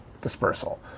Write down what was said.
dispersal